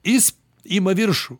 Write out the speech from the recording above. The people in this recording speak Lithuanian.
jis ima viršų